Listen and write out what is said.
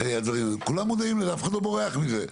כולם מודעים לזה, אף אחד לא בורח מזה.